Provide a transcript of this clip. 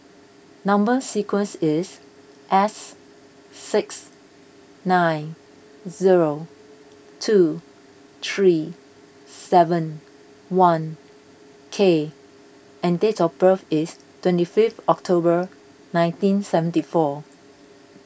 Number Sequence is S six nine zero two three seven one K and date of birth is twenty fifth October nineteen seventy four